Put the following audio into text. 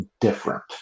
different